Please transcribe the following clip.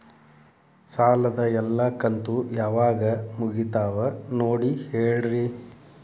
ಸಾಲದ ಎಲ್ಲಾ ಕಂತು ಯಾವಾಗ ಮುಗಿತಾವ ನೋಡಿ ಹೇಳ್ರಿ